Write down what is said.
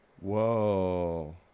Whoa